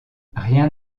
rien